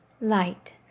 light